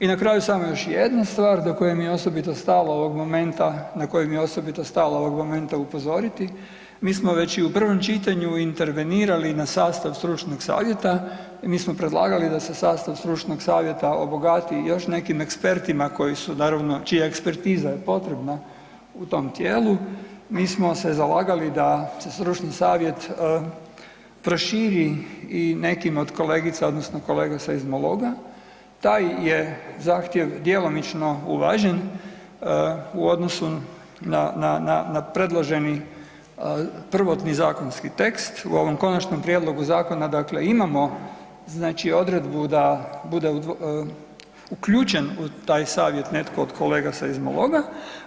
I na kraju samo još jedna stvar do koje mi je osobito stalo ovog momenta, na koje mi je osobito stalo ovog momenta upozoriti, mi smo već i u prvom čitanju intervenirali na sastav stručnog savjeta, mi smo predlagali da se sastav stručnog savjeta obogati još nekim ekspertima koji su naravno, čija je ekspertiza je potrebna u tom tijelu, mi smo se zalagali da se stručni savjet proširi i nekim od kolegica odnosno kolega seizmologa, taj je zahtjev djelomično uvažen u odnosu na predloženi prvotni zakonski tekst, u ovom konačnom Prijedlogu zakona dakle imamo znači odredbu da bude uključen u taj savjet netko od kolega seizmologa,